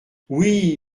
oui